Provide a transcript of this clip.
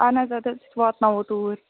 اہن حظ اَدٕ حظ أسۍ واتناوو توٗرۍ